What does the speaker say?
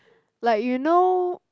like you know